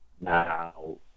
now